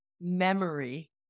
memory